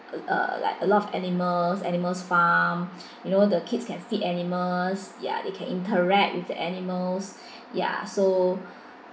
uh like a lot of animals animals farm you know the kids can feed animals ya they can interact with the animals ya so